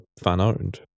fan-owned